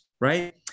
right